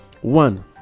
one